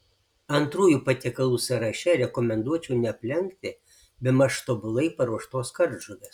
antrųjų patiekalų sąraše rekomenduočiau neaplenkti bemaž tobulai paruoštos kardžuvės